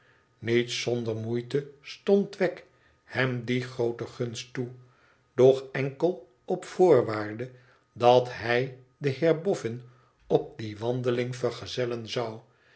niet zonder moeite stond wegg hem die groote gunst toe doch enkel op voorwaarde dat hij den heer bofïin op die wandeling vergezellen zou